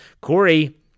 Corey